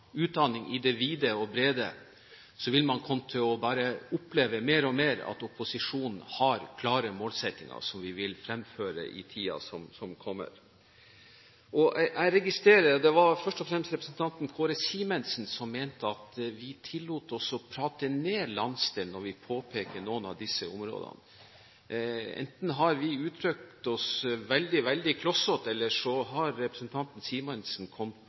det vide og brede, vil man komme til å oppleve bare mer og mer at opposisjonen har klare målsettinger som vi vil fremføre i tiden som kommer. Det var først og fremst representanten Kåre Simensen som mente at vi tillot oss å prate ned landsdelen når vi påpeker noen av disse områdene. Enten har vi uttrykt oss veldig klossete, eller så har representanten Simensen kommet